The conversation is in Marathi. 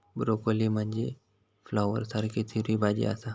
ब्रोकोली म्हनजे फ्लॉवरसारखी हिरवी भाजी आसा